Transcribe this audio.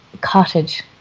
cottage